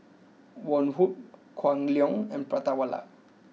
Woh Hup Kwan Loong and Prata Wala